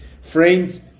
friends